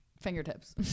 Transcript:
fingertips